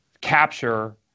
capture